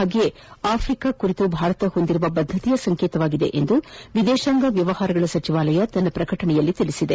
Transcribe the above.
ಹಾಗೆಯೇ ಆಫ್ರಿಕಾ ಕುರಿತು ಭಾರತ ಹೊಂದಿರುವ ಬದ್ದತೆಯ ಸಂಕೇತವಾಗಿದೆ ಎಂದು ವಿದೇಶಾಂಗ ವ್ಯವಹಾರಗಳ ಸಚಿವಾಲಯ ತನ್ನ ಪ್ರಕಟಣೆಯಲ್ಲಿ ತಿಳಿಸಿದೆ